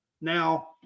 Now